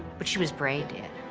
but she was brain dead.